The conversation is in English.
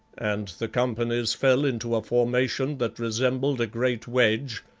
and the companies fell into a formation that resembled a great wedge,